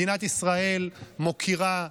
מדינת ישראל מוקירה,